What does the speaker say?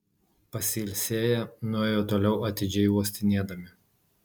pasilsėję nuėjo toliau atidžiai uostinėdami